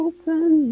Open